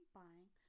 buying